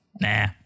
nah